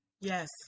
Yes